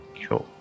Sure